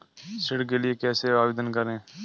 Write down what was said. ऋण के लिए कैसे आवेदन करें?